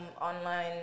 online